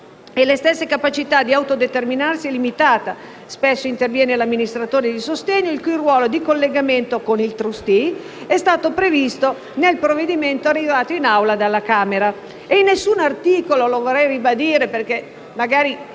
e la stessa capacità di autodeterminarsi è limitata e spesso interviene l'amministratore di sostegno, il cui ruolo di collegamento con il *trustee* è stato previsto nel provvedimento arrivato in Assemblea dalla Camera